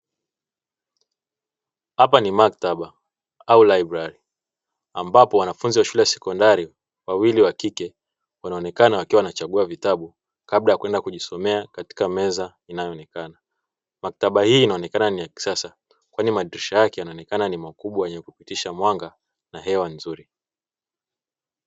Hapa ni maktaba au librari, ambapo wanafunzi wa shule ya sekondari wawili wa kike wanaonekana wakiwa wanachagua vitabu kabla ya kwenda kujisomea katika meza inayoonekana, maktaba hii inaonekana ni ya kisasa kwani madirisha yake yanaonekana ni makubwa yenye kupitisha mwanga na hewa nzuri.